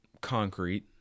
concrete